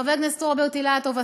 חבר הכנסת רוברט אילטוב,